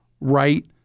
right